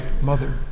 mother